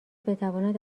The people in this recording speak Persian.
بتواند